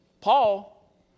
Paul